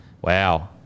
Wow